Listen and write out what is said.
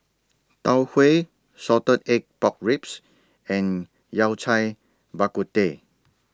Tau Huay Salted Egg Pork Ribs and Yao Cai Bak Kut Teh